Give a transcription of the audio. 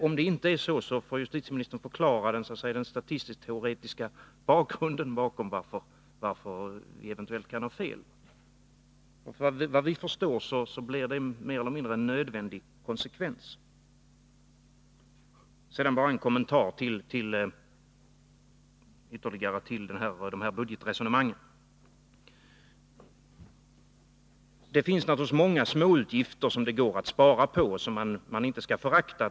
Om det inte är så, får justitieministern förklara så att säga den statistisk-teoretiska bakgrunden till att jag eventuellt kan ha fel, men såvitt jag förstår blir det en mer eller mindre nödvändig konsekvens. Sedan bara ytterligare en kommentar till budgetresonemangen. Det finns naturligtvis många småutgifter som det går att spara på och som man inte skall förakta.